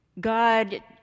God